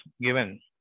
given